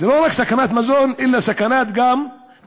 זו לא רק סכנת מזון אלא גם סכנת תשתית.